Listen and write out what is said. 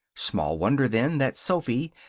small wonder, then, that sophy,